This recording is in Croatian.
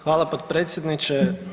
Hvala potpredsjedniče.